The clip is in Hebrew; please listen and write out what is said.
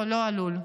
לא עלול,